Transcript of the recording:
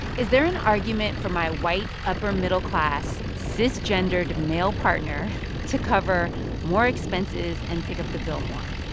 is there an argument for my white, upper middle-class, cisgendered male partner to cover more expenses and pick up the bill more?